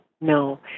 no